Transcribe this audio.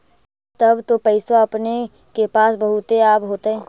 तब तो पैसबा अपने के पास बहुते आब होतय?